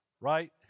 Right